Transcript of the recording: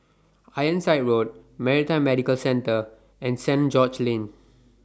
Ironside Road Maritime Medical Centre and St George's Lane